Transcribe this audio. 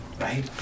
Right